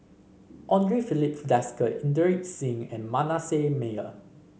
Andre Filipe Desker Inderjit Singh and Manasseh Meyer